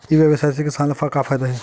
ई व्यवसाय से किसान ला का फ़ायदा हे?